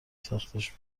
سختش